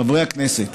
חברי הכנסת,